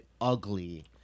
ugly